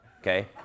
okay